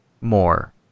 more